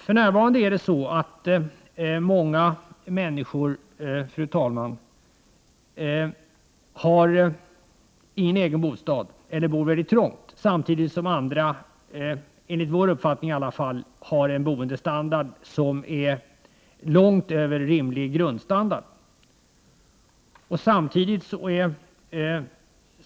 För närvarande är det så att många människor inte har någon egen bostad eller bor väldigt trångt, samtidigt som andra har en boendestandard som -— i alla fall enligt vår uppfattning — är långt över rimlig grundstandard.